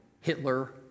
Hitler